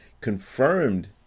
confirmed